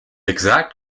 exact